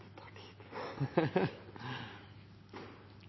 tar